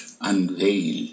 unveil